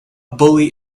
bully